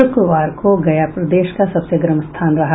शुक्रवार को गया प्रदेश के सबसे गर्म स्थान रहा